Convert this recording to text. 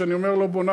כשאני אומר "לא בונה",